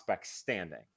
standing